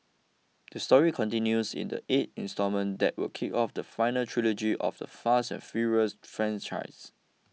the story continues in the eight instalment that will kick off the final trilogy of the Fast and Furious franchise